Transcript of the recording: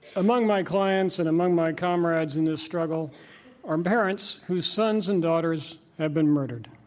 among my clients and among my comrades in this struggle are parents whose sons and daughters have been murdered.